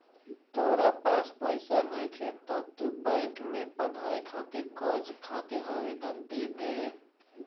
तोरा पास पइसा नइखे त तू बैंक में पढ़ाई खातिर कर्ज खातिर आवेदन दे दे